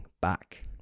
back